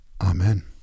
Amen